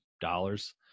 dollars